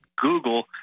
Google